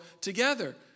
together